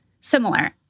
similar